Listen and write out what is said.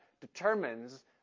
determines